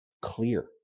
clear